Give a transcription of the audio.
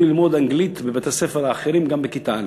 ללמוד אנגלית בבתי-הספר האחרים גם בכיתה א',